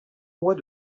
mois